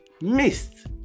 missed